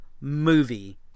movie